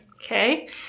Okay